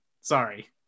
Sorry